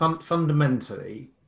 Fundamentally